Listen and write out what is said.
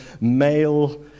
male